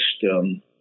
system